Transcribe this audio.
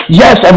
yes